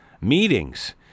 meetings